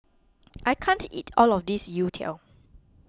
I can't eat all of this Youtiao